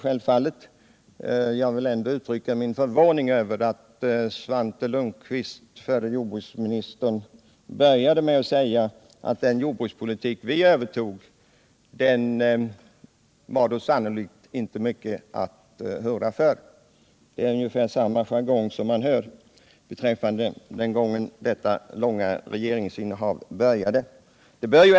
Jag vill i sammanhanget bara uttrycka min förvåning över att Svante Lundkvist, förre jordbruksministern, började sitt anförande med att säga att den jordbrukspolitik som socialdemokraterna övertog efter den förra borgerliga regeringen sannerligen inte var mycket att hurra för. Det var ungefär samma jargong som vi hört många gånger sedan socialdemokraternas långa regeringsinnehav slutade visavi den allmänna politiken i vårt land.